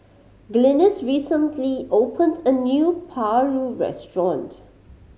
Glynis recently opened a new paru restaurant